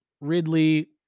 Ridley